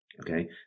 Okay